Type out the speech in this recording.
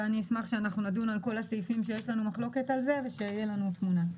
אשמח שנדון על כל הסעיפים שיש לנו מחלוקת עליהם ושתהיה לנו תמונה.